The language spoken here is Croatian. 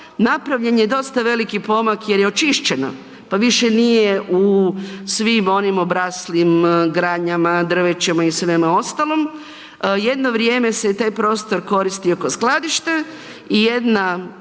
napravljen je dosta veliki pomak jer je očišćeno pa više nije u svim onim obraslim granama, drvećem i svemu ostalom. Jedno vrijeme se taj prostor koristio ko skladište i jedna